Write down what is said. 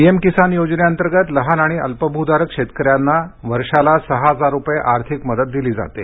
PM Kisan योजनेअंतर्गत लहान आणि अल्पभूधारक शेतकऱ्यांना वर्षाला सहा हजार रुपये आर्थिक मदत दिली जाते